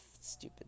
Stupid